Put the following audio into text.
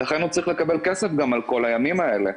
לכן הוא צריך לקבל כסף גם על כל הימים האלה.